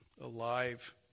alive